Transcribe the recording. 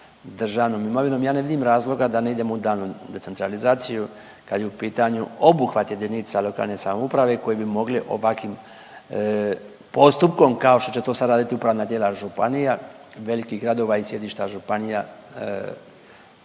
imovinom, ja ne vidim razloga da ne idemo u daljnju decentralizaciju kad je u pitanju obuhvat jedinica lokalne samouprave koje bi mogli ovakvim postupkom kao što će to sad raditi upravna tijela županija, velikih gradova i sjedišta županija